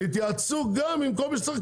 תתייעצו גם עם כל מי שצריך,